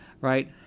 right